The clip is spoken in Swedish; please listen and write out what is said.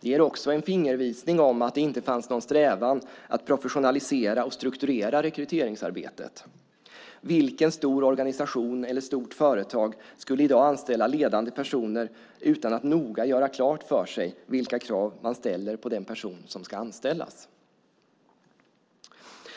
Det ger också en fingervisning om att det inte fanns någon strävan att professionalisera och strukturera rekryteringsarbetet. Vilken stor organisation eller vilket stort företag skulle i dag anställa ledande personer utan att noga göra klart för sig vilka krav man ställer på den person som ska anställas?